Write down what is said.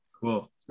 cool